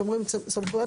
שומרים סמכויות,